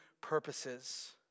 purposes